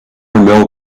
mill